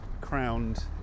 crowned